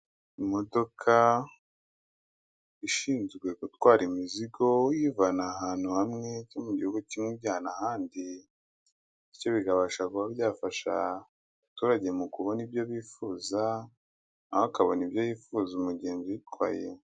Imodoka ishinzwe gutwara imizigo iyivana ahantu hamwe yo mu gihugu kimwe iyijyana ahandi, bityo bikabasha kuba byafasha abaturage mu kubona ibyo bifuza, na we akabona ibyo yifuza umugenzi uyitwaye.